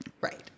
Right